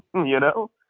you know?